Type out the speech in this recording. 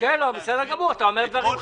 בסדר גמור, אתה אומר דברים חשובים.